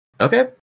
Okay